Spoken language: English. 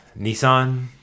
Nissan